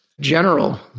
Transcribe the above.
general